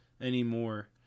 anymore